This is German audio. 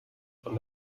von